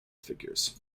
figures